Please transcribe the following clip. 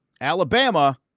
Alabama